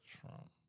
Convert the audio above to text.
Trump